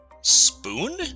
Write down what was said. Spoon